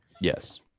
Yes